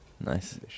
Nice